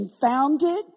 founded